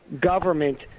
government